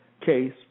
case